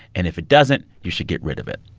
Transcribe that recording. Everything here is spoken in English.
and if it doesn't, you should get rid of it.